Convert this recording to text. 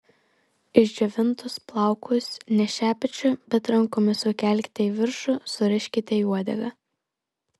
išdžiovintus plaukus ne šepečiu bet rankomis sukelkite į viršų suriškite į uodegą